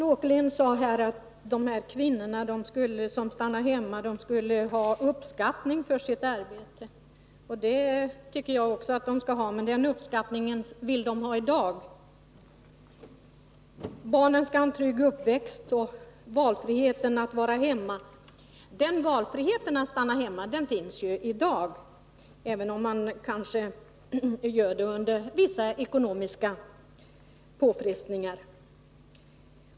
Herr talman! Allan Åkerlind sade att dessa kvinnor som stannar hemma skulle ha uppskattning för sitt arbete. Det tycker jag också att de skall ha. Men den uppskattningen vill de ha i dag. Barnen skall ha en trygg uppväxt, sade han också, och det skall vara valfrihet för förälder att vara hemma. Den valfriheten — att stanna hemma — finns ju i dag, även om man kanske gör det under vissa ekonomiska påfrestningar.